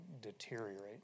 deteriorate